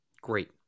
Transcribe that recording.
Great